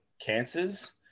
cancers